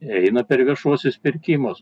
eina per viešuosius pirkimus